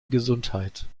gesundheit